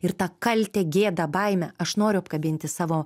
ir tą kaltę gėdą baimę aš noriu apkabinti savo